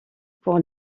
pour